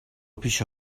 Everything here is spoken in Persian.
پیش